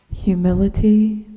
Humility